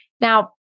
Now